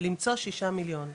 למצוא ששה מיליון.